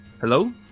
Hello